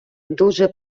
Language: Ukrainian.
дуже